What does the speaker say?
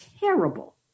terrible